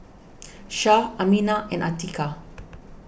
Syah Aminah and Atiqah